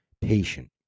patient